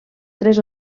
tres